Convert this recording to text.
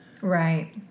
Right